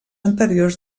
anteriors